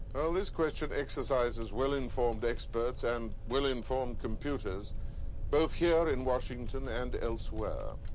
well, this question exercises well-informed experts and well-informed computers both here in washington and elsewhere,